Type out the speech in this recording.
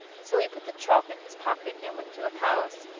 so he put the chalk in his pocket and went to the palace.